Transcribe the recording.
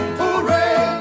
hooray